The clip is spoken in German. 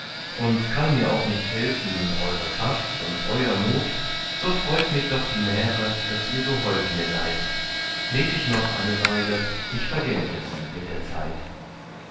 und kann mir auch nicht helfen eure kraft und hoher mut so freut mich doch die märe daß ihr so hold mir seid leb ich noch eine weile ich vergelt es mit der zeit